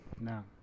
No